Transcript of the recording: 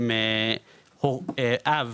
האב